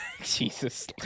Jesus